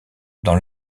dans